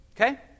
Okay